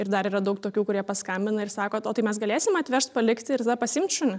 ir dar yra daug tokių kurie paskambina ir sako o tai mes galėsim atvežt palikti ir tada pasiimt šunį